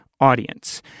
audience